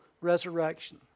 resurrection